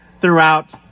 throughout